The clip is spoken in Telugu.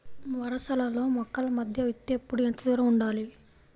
వరసలలో మొక్కల మధ్య విత్తేప్పుడు ఎంతదూరం ఉండాలి?